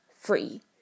free